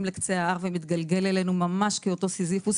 לקצה ההר וממש מתגלגל אלינו כאותו סיזיפוס,